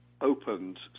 opened